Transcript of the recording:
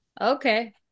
Okay